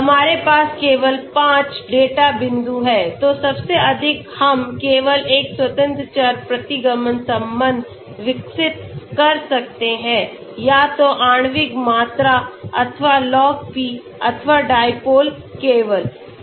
अब हमारे पास केवल 5 डेटा बिंदु हैं तो सबसे अधिक हम केवल एक स्वतंत्र चर प्रतिगमन संबंध विकसित कर सकते हैं या तो आणविक मात्रा अथवा Log P अथवा dipole केवल